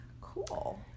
cool